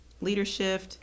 leadership